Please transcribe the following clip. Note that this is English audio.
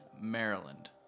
Maryland